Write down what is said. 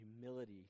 humility